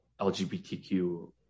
LGBTQ